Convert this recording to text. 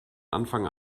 anfang